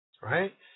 right